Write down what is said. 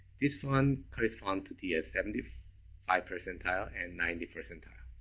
this one correspond to the ah seventy five percentile and ninety percentile.